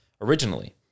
Originally